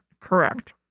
Correct